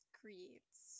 creates